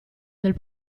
del